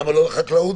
למה לא גם לחקלאות?